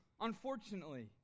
unfortunately